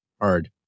hard